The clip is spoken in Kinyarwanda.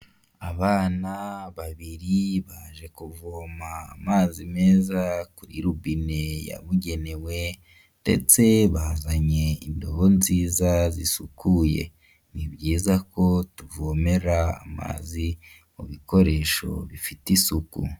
Abana babiri baje kuvoma amazi meza kuri rubine yabugenewe, ndetse bazanye indobo nziza zisukuye ni byiza ko tuvomera amazi mu bikoresho bifite isuku.